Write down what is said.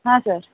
ಹಾಂ ಸರ್